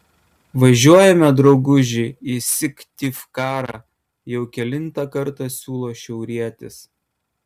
važiuojame drauguži į syktyvkarą jau kelintą kartą siūlo šiaurietis